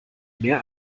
mehr